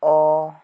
অঁ